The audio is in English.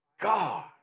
God